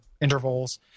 intervals